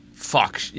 Fuck